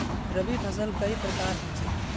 रवि फसल कई प्रकार होचे?